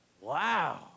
Wow